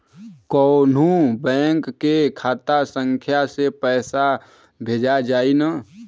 कौन्हू बैंक के खाता संख्या से पैसा भेजा जाई न?